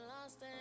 lost